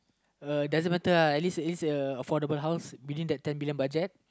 uh doesn't matter uh at least it's a it's a affordable house within that ten million budget